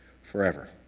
forever